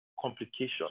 complication